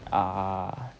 ah